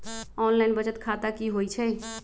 Online बचत खाता की होई छई?